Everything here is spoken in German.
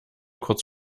kurz